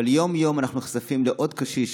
אבל יום-יום אנחנו נחשפים לעוד קשיש,